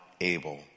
able